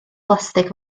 blastig